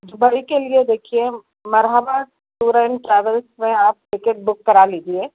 Dubai کے لیے دیکھیے مرحبا ٹور اینڈ ٹریویل میں آپ ٹکٹ بک کرا لیجیے